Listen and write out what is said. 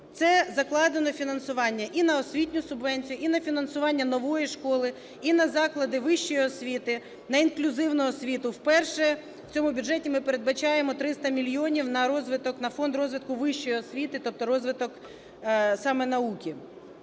Це закладено фінансування і на освітню субвенцію, і на фінансування "Нової школи", і на заклади вищої освіти, на інклюзивну освіту. Вперше в цьому бюджеті ми передбачаємо 300 мільйонів на розвиток… на фонд розвитку вищої освіти, тобто розвиток саме науки.